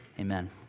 Amen